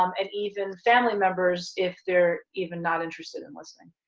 um and even family members if they're even not interested in listening.